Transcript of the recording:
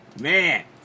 Man